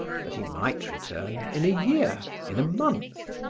that he might return in a year, in a month,